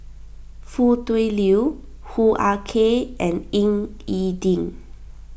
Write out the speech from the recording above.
Foo Tui Liew Hoo Ah Kay and Ying E Ding